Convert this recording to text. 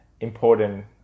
important